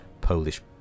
Polish